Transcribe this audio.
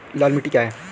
लाल मिट्टी क्या है?